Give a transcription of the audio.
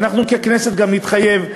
ואנחנו ככנסת גם נתחייב,